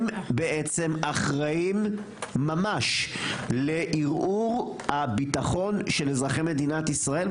הם בעצם אחראים ממש לערעור הביטחון של אזרחי מדינת ישראל,